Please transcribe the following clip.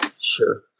Sure